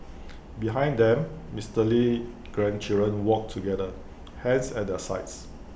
behind them Mister Lee's grandchildren walked together hands at their sides